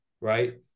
right